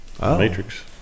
Matrix